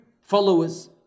followers